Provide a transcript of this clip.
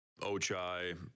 Ochai